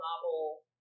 novel